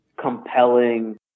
compelling